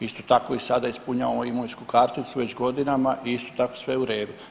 Isto tako i sada ispunjavamo imovinsku karticu već godinama i isto tako sve u redu.